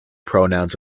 pronouns